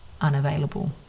unavailable